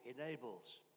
enables